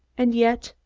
and yet,